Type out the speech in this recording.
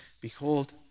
Behold